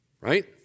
Right